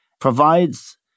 provides